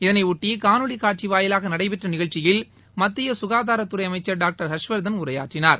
இதனைபொட்டி காணொலி காட்சி வாயிலாக நடைபெற்ற நிகழ்ச்சியில் மத்திய சுகாதாரத்துறை அமைச்சர் டாக்டர் ஹர்ஷவர்தன் உரையாற்றினார்